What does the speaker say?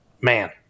man